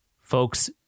Folks